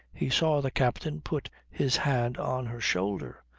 he saw the captain put his hand on her shoulder,